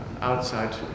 outside